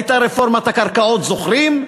הייתה רפורמת הקרקעות, זוכרים?